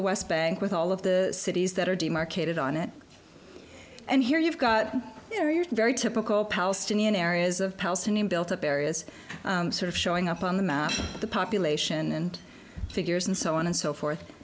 the west bank with all of the cities that are demarcated on it and here you've got very typical palestinian areas of palestinian built up areas sort of showing up on the map the population and figures and so on and so forth